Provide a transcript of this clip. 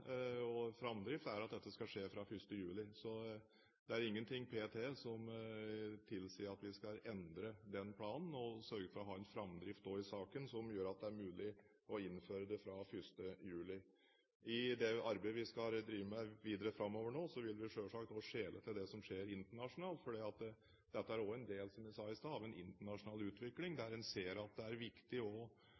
og framdrift er at dette skal skje fra 1. juli. Så det er ingen ting p.t. som tilsier at vi skal endre den planen. Vi skal også sørge for å ha en framdrift i saken som gjør at det er mulig å innføre det fra 1. juli. I det arbeidet vi skal drive med videre framover nå, vil vi selvsagt også skjele til det som skjer internasjonalt, for dette er også – som jeg sa i stad – en del av en internasjonal utvikling, der en ser at det er viktig å